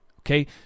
okay